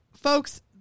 folks